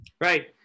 Right